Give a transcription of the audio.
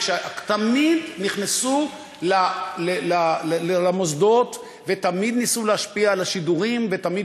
תמיד נכנסו למוסדות ותמיד ניסו להשפיע על השידורים ותמיד